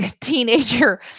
teenager